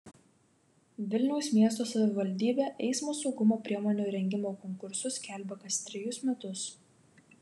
vilniaus miesto savivaldybė eismo saugumo priemonių įrengimo konkursus skelbia kas trejus metus